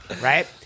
right